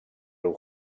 riu